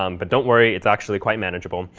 um but don't worry. it's actually quite manageable.